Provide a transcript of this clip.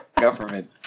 government